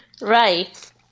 Right